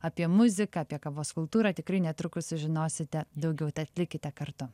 apie muziką apie kavos kultūrą tikrai netrukus sužinosite daugiau tad likite kartu